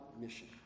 mission